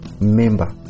member